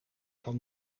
van